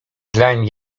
dlań